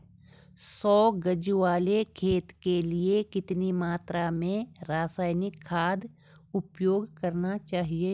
सौ गज वाले खेत के लिए कितनी मात्रा में रासायनिक खाद उपयोग करना चाहिए?